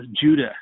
Judah